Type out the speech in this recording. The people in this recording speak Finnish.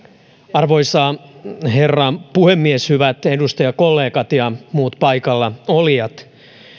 arvoisa herra puhemies hyvät edustajakollegat ja muut paikalla olijat